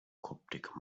coptic